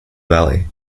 valley